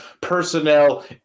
personnel